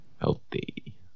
Healthy